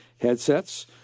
headsets